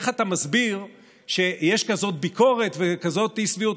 איך אתה מסביר שיש כזאת ביקורת וכזאת אי-שביעות